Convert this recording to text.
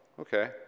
okay